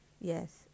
yes